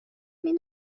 این